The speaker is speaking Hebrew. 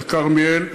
לכרמיאל.